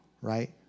right